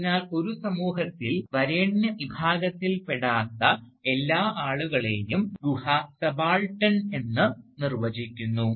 അതിനാൽ ഒരു സമൂഹത്തിൽ വരേണ്യ വിഭാഗത്തിൽ പെടാത്ത എല്ലാ ആളുകളേയും ഗുഹ സബാൾട്ടൻ എന്ന് നിർവചിക്കുന്നു